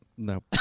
No